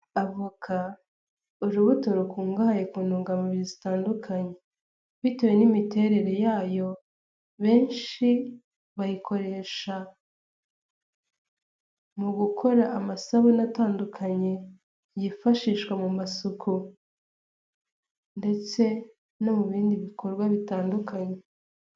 Avoka urubuto rukungahaye ku ntungamubiri zitandukanye. Bitewe n'imiterere yayo, benshi bayikoresha mu gukora amasabune atandukanye yifashishwa mu masuku ndetse no mu bindi bikorwa bitandukanye.